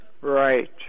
Right